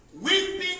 weeping